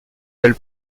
belle